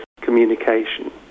communication